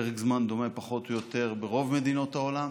פרק זמן דומה פחות או יותר ברוב מדינות העולם,